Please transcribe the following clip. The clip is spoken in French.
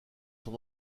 son